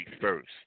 first